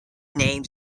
named